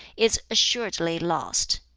is assuredly lost,